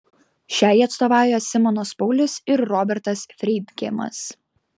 šiai atstovauja simonas paulius ir robertas freidgeimas